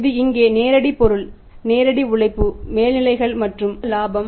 அது இங்கே நேரடி பொருள் நேரடி உழைப்பு மேல்நிலைகள் மற்றும் இது மொத்த லாபமாகும்